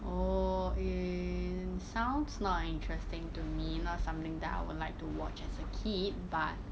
oh eh sounds not interesting to me not something that I would watch as a kid but